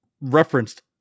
referenced